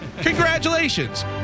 Congratulations